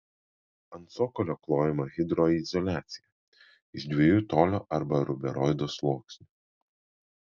ant cokolio klojama hidroizoliacija iš dviejų tolio arba ruberoido sluoksnių